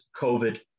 COVID